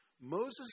Moses